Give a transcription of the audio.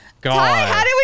God